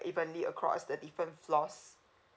evenly across the different floors